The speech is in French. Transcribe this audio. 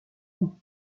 houx